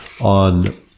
on